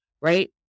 right